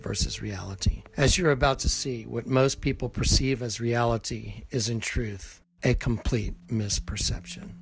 versus reality as you're about to see what most people perceive as reality is in truth a complete misperception